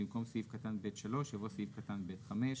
במקום "סעיף קטן (ב3)" יבוא "סעיף קטן (ב5)".